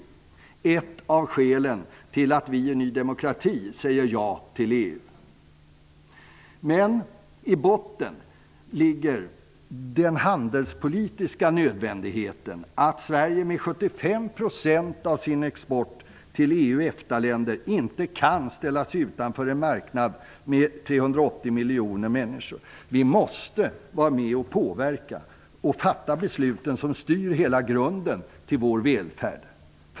Det är ett av skälen till att vi i Ny demokrati säger ja till EU. Men i botten ligger den handelspolitiska nödvändigheten att Sverige med 75 % av sin export till EU och EFTA-länder inte kan ställa sig utanför en marknad med 380 miljoner människor. Vi måste vara med och påverka och fatta de beslut som styr hela grunden för vår välfärd.